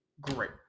great